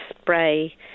spray